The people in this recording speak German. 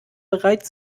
bereit